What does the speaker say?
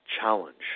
challenge